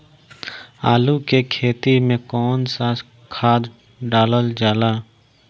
आलू के खेती में कवन सा खाद डालल जाला?